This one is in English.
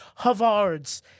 Havards